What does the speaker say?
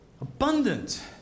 Abundant